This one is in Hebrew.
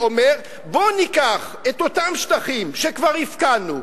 אומר: בוא ניקח את אותם שטחים שכבר הפקענו,